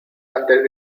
antes